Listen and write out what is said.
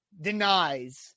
denies